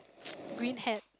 green hat